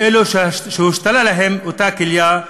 ואלו שהושתלה להם אותה כליה,